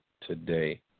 today